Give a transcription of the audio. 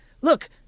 Look